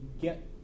get